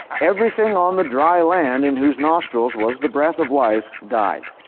everything on the dry land in whose nostrils was the breath of life died.